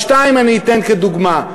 שתיים אני אתן כדוגמה.